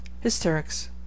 Hysterics